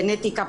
גנטיקה,